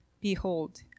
Behold